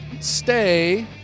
Stay